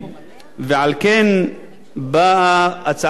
ועל כן באה הצעת החוק הזאת,